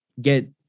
get